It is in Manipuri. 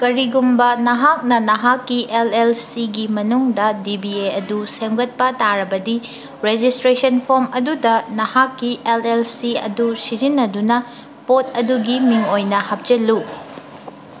ꯀꯔꯤꯒꯨꯝꯕ ꯅꯍꯥꯛꯅ ꯅꯍꯥꯛꯀꯤ ꯑꯦꯜ ꯑꯦꯜ ꯁꯤꯒꯤ ꯃꯅꯨꯡꯗ ꯗꯤ ꯕꯤ ꯑꯦ ꯑꯗꯨ ꯁꯦꯝꯒꯠꯄ ꯇꯥꯔꯕꯗꯤ ꯔꯦꯖꯤꯁꯇ꯭ꯔꯦꯁꯟ ꯐꯣꯝ ꯑꯗꯨꯗ ꯅꯍꯥꯛꯀꯤ ꯑꯦꯜ ꯑꯦꯜ ꯁꯤ ꯑꯗꯨ ꯁꯤꯖꯤꯟꯅꯗꯨꯅ ꯄꯣꯠ ꯑꯗꯨꯒꯤ ꯃꯤꯡ ꯑꯣꯏꯅ ꯍꯥꯞꯆꯤꯜꯂꯨ